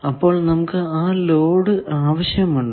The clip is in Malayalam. അപ്പോൾ നമുക്ക് ആ ലോഡ് ആവശ്യമുണ്ട്